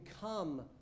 come